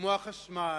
כמו החשמל,